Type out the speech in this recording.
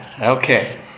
okay